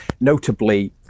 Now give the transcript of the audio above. notably